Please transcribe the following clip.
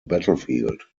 battlefield